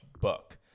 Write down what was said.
Book